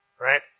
right